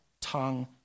tongue